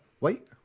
wait